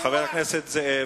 אתה הקוזק הנגזל, אתה.